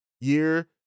year